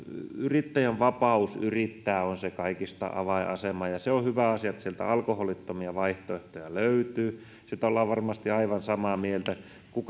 yrittäjän vapaus yrittää on kaikista avainasemassa se on hyvä asia että sieltä alkoholittomia vaihtoehtoja löytyy siitä ollaan varmasti aivan samaa mieltä